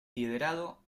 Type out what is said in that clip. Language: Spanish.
liderado